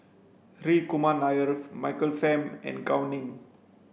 Hri Kumar Nair Michael Fam and Gao Ning